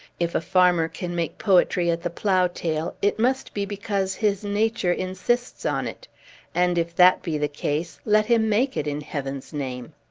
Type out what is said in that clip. if a farmer can make poetry at the plough-tail, it must be because his nature insists on it and if that be the case, let him make it, in heaven's name!